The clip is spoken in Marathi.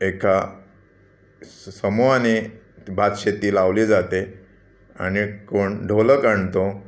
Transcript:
एका समूहाने भात शेती लावली जाते आणि कोण ढोलक आणतो